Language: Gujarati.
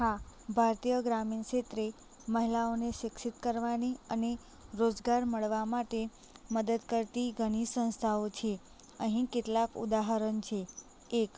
હા ભારતીય ગ્રામીણ ક્ષેત્રે મહિલાઓને શિક્ષિત કરવાની અને રોજગાર મળવા માટે મદદ કરતી ઘણી સંસ્થાઓ છે અહીં કેટલાક ઉદાહરણ છે એક